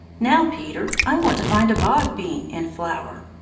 now, peter, i want to find a bog-bean in flower.